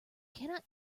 cannot